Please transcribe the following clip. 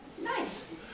Nice